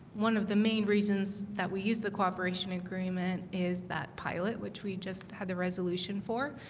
one of the main reasons that we use the cooperation agreement. is that pilot which we just had the resolution for?